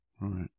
right